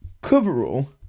coverall